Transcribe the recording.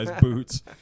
boots